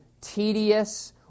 tedious